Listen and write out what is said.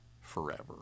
forever